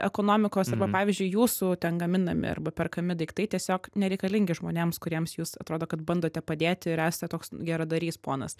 ekonomikos arba pavyzdžiui jūsų ten gaminami arba perkami daiktai tiesiog nereikalingi žmonėms kuriems jūs atrodo kad bandote padėti ir esate toks geradarys ponas